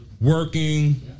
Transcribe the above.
working